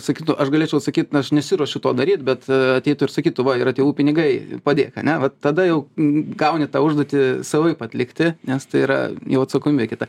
sakytų aš galėčiau atsakyt aš nesiruošiu to daryt bet ateitų ir sakytų va yra tėvų pinigai padėk ane va tada jau gauni tą užduotį savaip atlikti nes tai yra jau atsakomybė kita